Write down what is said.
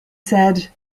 said